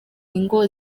ingo